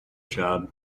job